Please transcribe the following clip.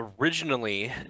originally